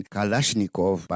Kalashnikov